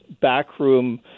backroom